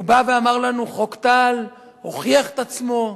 הוא בא ואמר לנו: חוק טל הוכיח את עצמו,